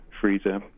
freezer